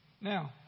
Now